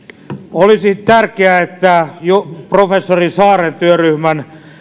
olisi tärkeää että jo professori saaren työryhmän